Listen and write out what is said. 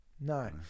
No